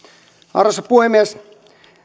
arvoisa puhemies